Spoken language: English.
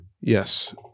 Yes